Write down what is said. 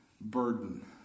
burden